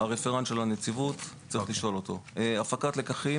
הפקת לקחים